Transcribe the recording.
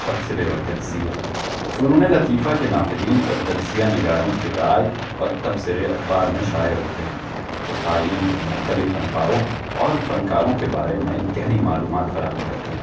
تبصرے اور تجزیے فنون لطیفہ کے ناقدین اور تجزیہ نگاروں کی رائے اور تبصرے اخبار میں شائع ہوتے ہیں جو قارئین کو مختلف فنکاروں اور فنکاروں کے بارے میں گہری معلومات فراہم کرتے ہیں